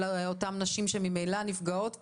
של אותן נשים שממילא נפגעות פה?